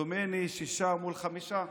דומני בשישה מול חמישה.